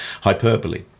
hyperbole